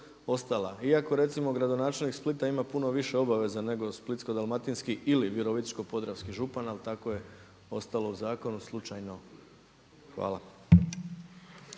ostala. Iako recimo gradonačelnik Splita ima puno više obveza nego splitsko-dalmatinski ili virovitičko-podravski župan ali tako je ostalo u zakonu slučajno. Hvala.